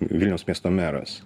vilniaus miesto meras